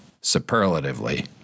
superlatively